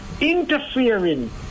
interfering